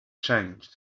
changed